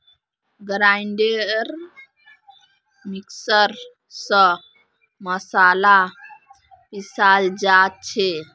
grinder mixer स मसाला पीसाल जा छे